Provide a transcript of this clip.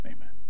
Amen